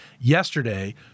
yesterday